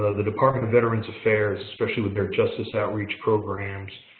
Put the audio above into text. ah the department of veterans affairs, especially with their justice outreach program,